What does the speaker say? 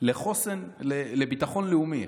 לביטחון לאומי,